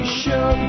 show